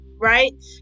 right